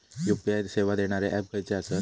UPI सेवा देणारे app खयचे आसत?